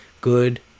Good